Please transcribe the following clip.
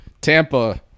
Tampa